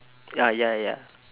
ah ya ya